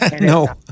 No